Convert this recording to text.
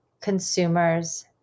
consumers